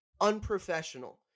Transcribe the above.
unprofessional